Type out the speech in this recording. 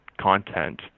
content